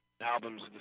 albums